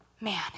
Man